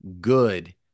good